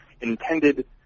intended